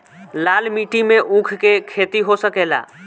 लाल माटी मे ऊँख के खेती हो सकेला?